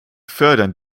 fördern